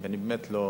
ואני באמת לא